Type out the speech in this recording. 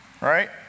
right